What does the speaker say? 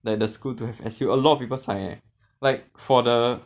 like the school don't have S_U a lot of people sign leh like for the